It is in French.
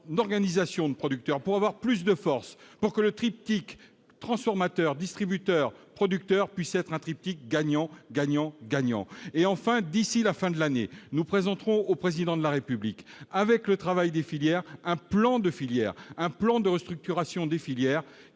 organisations de producteurs pour avoir plus de force pour que le triptyque, transformateurs, distributeurs, producteurs puissent être un triptyque gagnant gagnant gagnant et, enfin, d'ici la fin de l'année, nous présenterons au président de la République avec le travail des filières, un plan de filières, un plan de restructuration des filières